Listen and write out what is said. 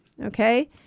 okay